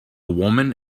woman